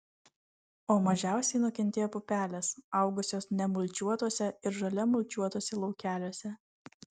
o mažiausiai nukentėjo pupelės augusios nemulčiuotuose ir žole mulčiuotuose laukeliuose